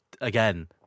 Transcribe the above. again